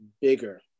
bigger